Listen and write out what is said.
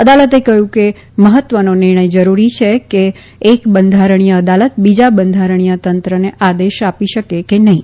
અદાલતે કહ્યું કે મહત્વનો નિર્ણય જરૂરી છે કે એક બંધારણીય અદાલત બીજા બંધારણીય તંત્રને આદેશ આપી શકે કે નહીં